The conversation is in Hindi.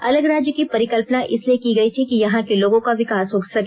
अलग राज्य की परिकल्पना इस लिए की गई थी कि यहां के लोगों का विकास हो सके